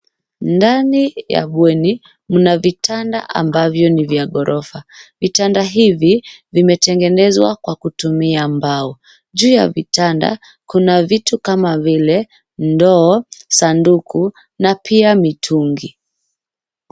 Ndani ya bweni mna vitanda ambavyo ni vya gorofa vitanda hivi vimetengenezwa kwa kutumia mbao. Juu ya vitanda kuna vitu kama vile ndoo, sanduku, na pia mitungi.